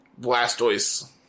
Blastoise